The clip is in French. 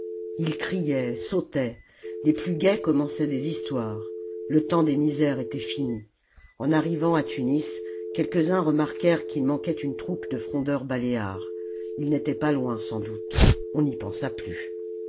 ils criaient sautaient les plus gais commençaient des histoires le temps des misères était fini en arrivant à tunis quelques-uns remarquèrent qu'il manquait une troupe de frondeurs baléares ils n'étaient pas loin sans doute on n'y pensa plus